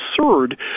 absurd